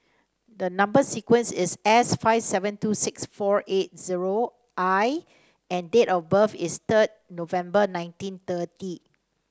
the number sequence is S five seven two six four eight zero I and date of birth is third November nineteen thirty